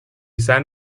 san